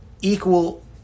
equal